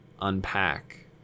unpack